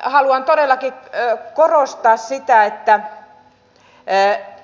mutta haluan todellakin korostaa sitä